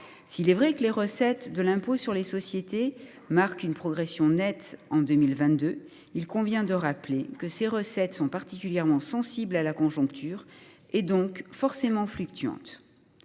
S’il est vrai que les recettes de l’IS marquent une progression nette en 2022, il convient de rappeler que ces recettes sont particulièrement sensibles à la conjoncture, donc forcément fluctuantes.